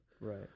Right